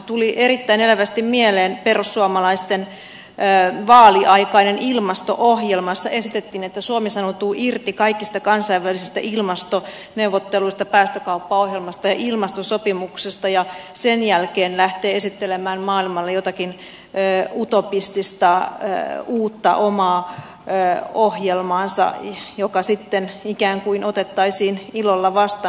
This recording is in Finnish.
tuli erittäin elävästi mieleen perussuomalaisten vaaliaikainen ilmasto ohjelma jossa esitettiin että suomi sanoutuu irti kaikista kansainvälisistä ilmastoneuvotteluista päästökauppaohjelmasta ja ilmastosopimuksesta ja sen jälkeen lähtee esittelemään maailmalle jotakin utopistista uutta omaa ohjelmaansa joka sitten ikään kuin otettaisiin ilolla vastaan